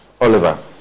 oliver